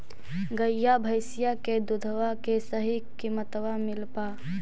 गईया भैसिया के दूधबा के सही किमतबा मिल पा?